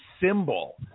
symbol